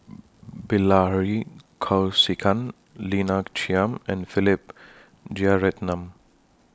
Bilahari Kausikan Lina Chiam and Philip Jeyaretnam